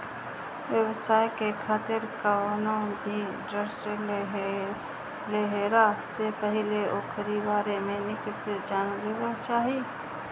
व्यवसाय खातिर कवनो भी ऋण लेहला से पहिले ओकरी बारे में निक से जान लेवे के चाही